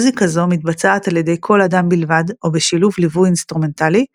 מוזיקה זו מתבצעת על ידי קול אדם בלבד או בשילוב ליווי אינסטרומנטלי,